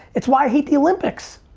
it's why i hate the olympics,